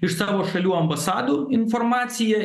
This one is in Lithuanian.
iš savo šalių ambasadų informaciją